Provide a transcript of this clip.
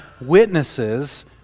witnesses